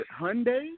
Hyundai